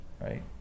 right